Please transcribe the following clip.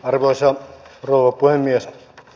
arvoisa rouva puhemies